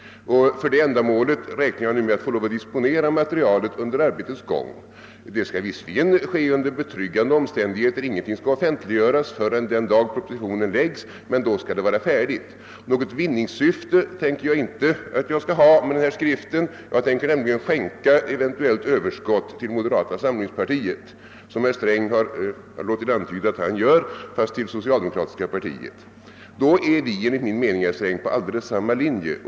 För det ändamålet räknar jag nu med att få lov att disponera materialet under arbetets gång. Det hela skall visserligen ske under betryggande omständigheter och ingenting skall offentliggöras förrän den dag då propositionen läggs fram, men då skall det vara färdigt. Något vinningssyfte har jag inte med denna skrift; jag tänker nämligen skänka ett eventuellt överskott till moderata samlingspartiet precis som herr Sträng låtit antyda att han gör, fast till det socialdemokratiska partiet. Då är vi enligt min mening, herr Sträng, på alldeles samma linje.